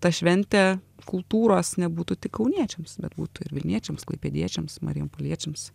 ta šventė kultūros nebūtų tik kauniečiams bet būtų ir vilniečiams klaipėdiečiams marijampoliečiams